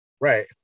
Right